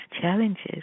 challenges